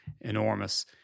enormous